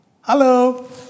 Hello